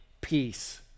peace